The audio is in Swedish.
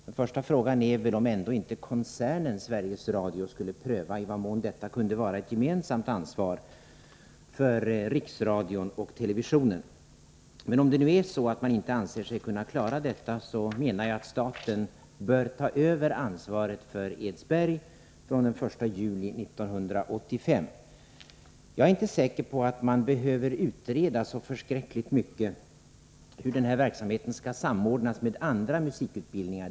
Den första frågan är väl om ändå inte koncernen Sveriges Radio skulle pröva i vad mån det här kunde vara ett gemensamt ansvar för Riksradion och TV. Men om det nu är så att man inte anser sig kunna klara detta menar jag att staten bör ta över ansvaret för Edsberg från den 1 juli 1985. Jag är inte säker på att man behöver utreda så förskräckligt mycket, hur den här verksamheten skall samordnas med andra musikutbildningar.